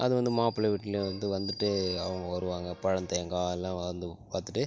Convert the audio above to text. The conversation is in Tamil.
அது வந்து மாப்பிள வீட்டில வந்து வந்துவிட்டு அவங்க வருவாங்க பழம் தேங்காய் எல்லா வந்து பார்த்துட்டு